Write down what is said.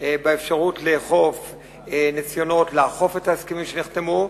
באפשרות לאכוף ניסיונות לעקוף את ההסכמים שנחתמו,